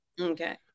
Okay